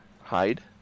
hide